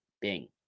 Bing